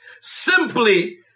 simply